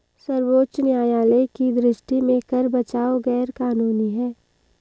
सर्वोच्च न्यायालय की दृष्टि में कर बचाव गैर कानूनी है